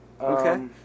Okay